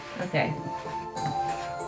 Okay